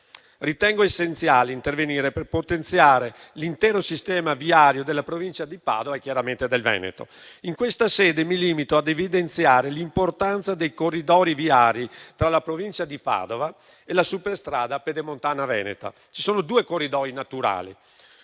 Ritengo essenziale intervenire per potenziare l'intero sistema viario della provincia di Padova e chiaramente del Veneto. In questa sede mi limito a evidenziare l'importanza dei corridoi viari tra la provincia di Padova e la superstrada Pedemontana veneta. Ci sono due corridoi naturali: